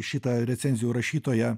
šitą recenzijų rašytoją